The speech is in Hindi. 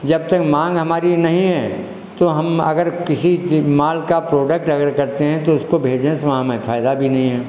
जब तक माँग हमारी नहीं है तो हम अगर किसी से माल का प्रोडक्ट अडर करते हैं तो उसको भेजने से वहाँ हमें फयदा भी नहीं है